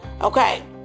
Okay